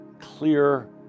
clear